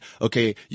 Okay